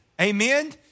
amen